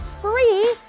free